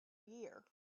year